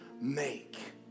make